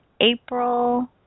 April